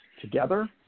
together